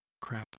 crap